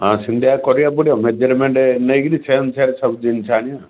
ହଁ ସେମିତିଆ କରିବାକୁ ପଡ଼ିବ ମେଜରମେଣ୍ଟ ନେଇକିରି ସବୁ ଜିନିଷ ଆଣିବା